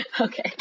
Okay